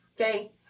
okay